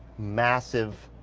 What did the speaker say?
massive,